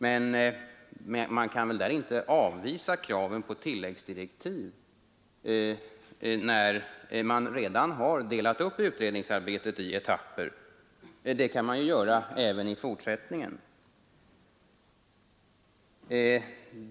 Men man kan väl där inte avvisa kraven på tilläggsdirektiv, när man redan har delat upp utredningsarbetet i etapper. På det viset kan man ju göra även i fortsättningen.